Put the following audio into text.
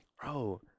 bro